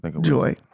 Joy